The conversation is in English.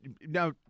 now